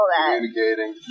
communicating